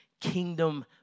kingdom